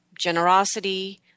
generosity